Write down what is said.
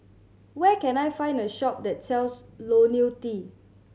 where can I find a shop that sells Ionil T